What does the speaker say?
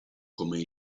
come